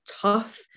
tough